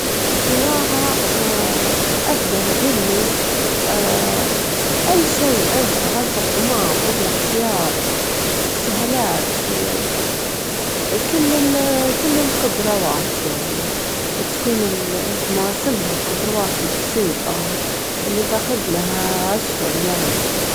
أجيله في الليل يسوي شاي- شاي أعتشاب، شاي أعتشاب يساعده إنه يرجد ما- ما يواجه صعوبة بالنوم، شاي البابونج مرة- مرة جميل، استخدمه دائمًا، يرخي الأعصاب، يرخي العضلات، وأجيله يبتعد عن الجهوة، عن المشروبات ويطفي الأضوية وينام.